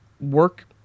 work